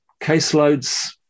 caseloads